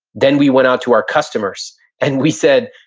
then we went on to our customers and we said,